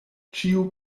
ĉiu